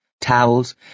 towels